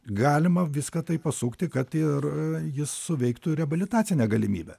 galima viską taip pasukti kad ir jis suveiktų reabilitacinę galimybę